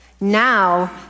Now